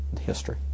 history